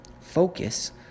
Focus